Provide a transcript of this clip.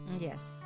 Yes